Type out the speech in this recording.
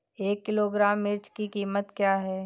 एक किलोग्राम मिर्च की कीमत क्या है?